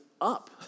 up